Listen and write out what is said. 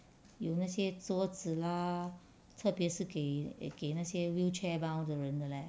有那些桌子 lah 特别是给给那些 wheelchair bound 的人的 leh